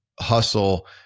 hustle